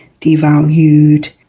devalued